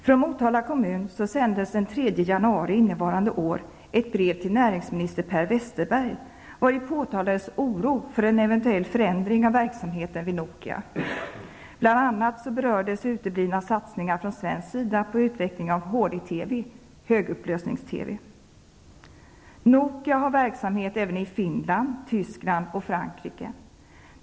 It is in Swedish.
Från Motala kommun sändes den 3 januari innevarande år ett brev till näringsminister Per Nokia har verksamhet även i Finland, Tyskland och Frankrike.